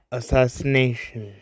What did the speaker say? assassination